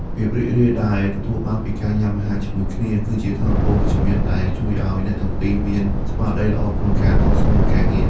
ភាពរីករាយដែលទទួលបានពីការញ៉ាំអាហារជាមួយគ្នា គឺជាថាមពលវិជ្ជមានដែលជួយឱ្យអ្នកទាំងពីរមានស្មារតីល្អក្នុងការតស៊ូនឹងការងារ។